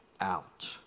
out